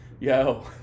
yo